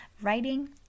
Writing